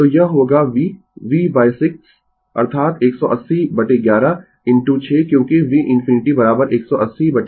तो यह होगा v v6 अर्थात 180 11 इनटू 6 क्योंकि v ∞ 18011